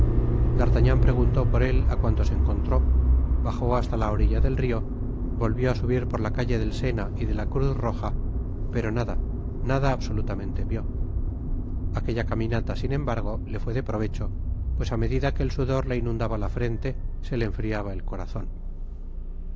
d'artagnan preguntó por él á cuantos encontró bajó hasta la orilla del rio volvió á subir por la calle del sena y de la cruz roja pero nada nada absolutamente vió aquella caminata sin embargo le fué de provecho pues á medida que el sudor le inundaba la frente se le enfriaba el corazon